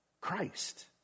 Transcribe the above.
Christ